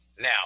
Now